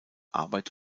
arbeit